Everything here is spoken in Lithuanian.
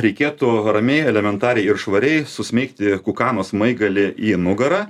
reikėtų ramiai elementariai ir švariai susmeigti kukano smaigalį į nugarą